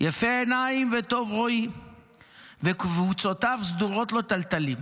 יפה עיניים וטוב רואי וקווצותיו סדורות לו תלתלים.